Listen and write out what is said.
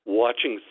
watching